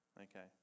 Okay